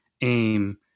aim